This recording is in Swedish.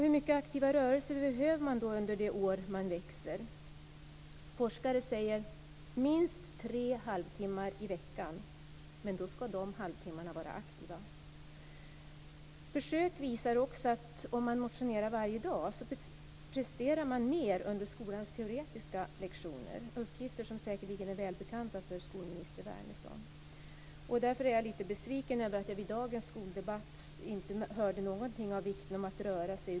Hur mycket aktiva rörelser behöver man då under de år man växer? Forskare säger: Minst tre halvtimmar i veckan, men då ska de vara aktiva halvtimmar. Försök visar också att om man motionerar varje dag presterar man mer under skolans teoretiska lektioner - uppgifter som säkerligen är välbekanta för statsrådet Wärnersson. Därför är jag lite besviken över att jag i dagens skoldebatt inte hörde någonting om vikten av att röra sig.